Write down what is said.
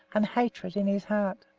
and hatred in his heart.